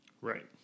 Right